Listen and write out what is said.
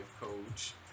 coach